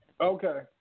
Okay